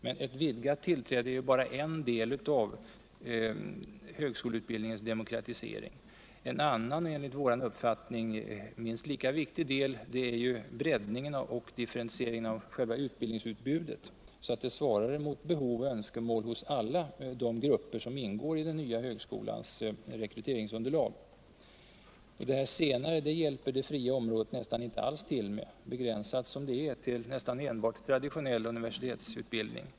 Men ett vidgat tillträde är bara en del av högskoleutbildningens demokratisering. En annan och enligt vår uppfattning minst lika viktig det är breddningen och differentieringen av utbildningsutbudet. så att det svarar mot behov och önskemäl hos alla de grupper som ingår i den nya högskolans rekryteringsunderlag. Detta senare hjälper det fria området nästan inte alls till med. begränsat som det är till nästan enbart traditionell universitetsutbildning.